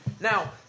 Now